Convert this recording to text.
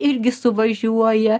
irgi suvažiuoja